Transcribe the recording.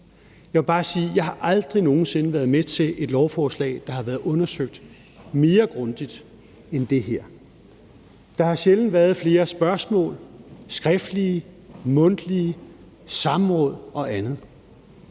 Jeg vil bare sige, at jeg aldrig nogen sinde har været med til et lovforslag, der har været undersøgt mere grundigt end det her. Der har sjældent været flere spørgsmål, skriftlige og mundtlige, samråd og andet.